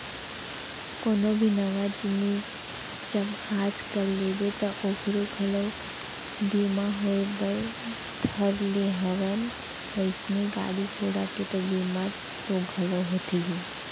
कोनो भी नवा जिनिस जब आज कल लेबे ता ओखरो घलोक बीमा होय बर धर ले हवय वइसने गाड़ी घोड़ा के तो बीमा तो घलौ होथे ही